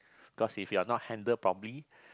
cause if you are not handle properly